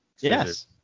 yes